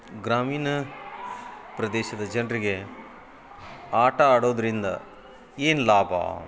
ಗ್ರಾಮೀಣ ಪ್ರದೇಶದ ಜನರಿಗೆ ಆಟ ಆಡೋದರಿಂದ ಏನು ಲಾಭ